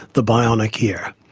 the bionic ear.